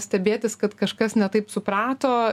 stebėtis kad kažkas ne taip suprato